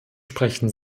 sprechen